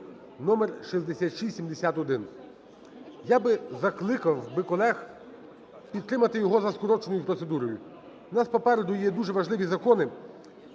(номер 6671). Я би закликав би колег підтримати його за скороченою процедурою. У нас попереду є дуже важливі закони